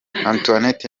antoinette